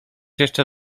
jeszcze